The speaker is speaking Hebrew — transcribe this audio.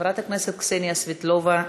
חברת הכנסת קסניה סבטלובה?